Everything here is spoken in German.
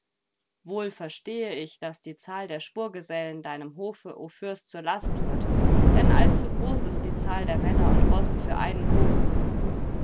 wohl verstehe ich daß die zahl der schwurgesellen deinem hofe o fürst zur last wird denn allzu groß ist die zahl der männer und rosse für einen hof